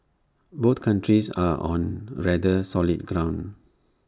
both countries are on rather solid ground